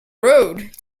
road